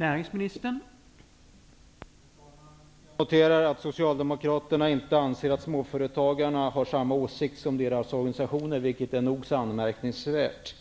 Herr talman! Jag noterar att Socialdemokraterna inte anser att småföretagarna har samma åsikt som deras organisationer, vilket är nog så anmärkningsvärt.